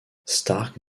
stark